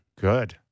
Good